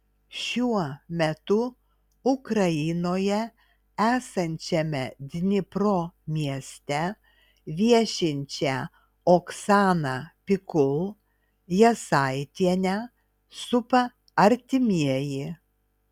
šiuo metu ukrainoje esančiame dnipro mieste viešinčią oksaną pikul jasaitienę supa artimieji